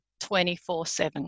24-7